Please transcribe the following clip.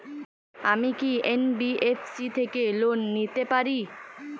আমি কি এন.বি.এফ.সি থেকে লোন নিতে পারি?